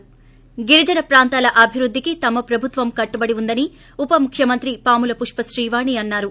ి గిరిజన ప్రాంతాల అభివృద్ధికి తమ ప్రభుత్వం కట్టుబడి ఉందని ఉప ముఖ్యమంత్రి పాముల పుష్పత్రీ వాణి అన్నారు